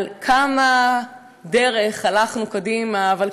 על כמה הלכנו קדימה בדרך,